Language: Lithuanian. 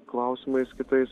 klausimais kitais